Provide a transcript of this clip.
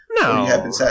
No